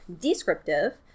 descriptive